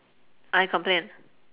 I complain